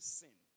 sin